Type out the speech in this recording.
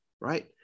right